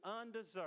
undeserved